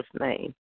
name